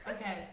Okay